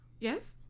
Yes